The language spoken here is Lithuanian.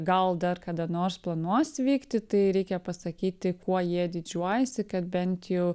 gal dar kada nors planuos vykti tai reikia pasakyti kuo jie didžiuojasi kad bent jau